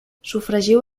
sofregiu